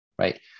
right